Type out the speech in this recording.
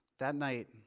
that night,